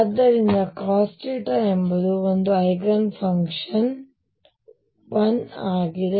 ಆದ್ದರಿಂದ cos ಎಂಬುದು ಒಂದು ಐಗನ್ ಫಂಕ್ಷನ್ ಆಗಿದ್ದು ಅದು l 1 ಆಗಿದೆ